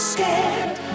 Scared